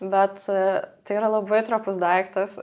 bet tai yra labai trapus daiktas